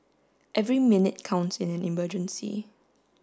every minute counts in an emergency